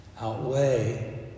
outweigh